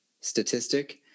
statistic